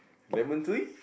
lemon tree